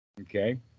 Okay